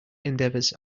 endeavors